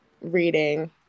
reading